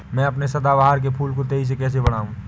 मैं अपने सदाबहार के फूल को तेजी से कैसे बढाऊं?